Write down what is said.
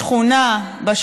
תודה, חברת הכנסת קורן.